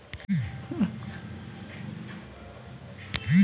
Bank ಬಡ್ಡಿಗೂ ಪರ್ಯಾಯ ಬಡ್ಡಿಗೆ ಏನು ವ್ಯತ್ಯಾಸವಿದೆ?